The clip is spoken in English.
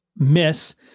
miss